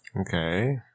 Okay